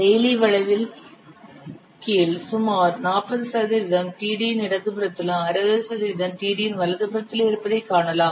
Rayleigh வளைவில் கீழ் சுமார் 40 சதவிகிதம் TD யின் இடதுபுறத்திலும் 60 சதவிகிதம் TD யின் வலதுபுறத்திலும் இருப்பதைக் காணலாம்